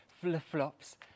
flip-flops